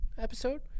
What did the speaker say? episode